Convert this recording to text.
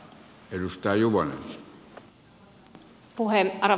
arvoisa herra puhemies